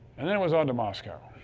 and then it was on to moscow.